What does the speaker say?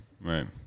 right